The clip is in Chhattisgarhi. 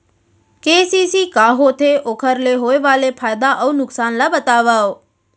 के.सी.सी का होथे, ओखर ले होय वाले फायदा अऊ नुकसान ला बतावव?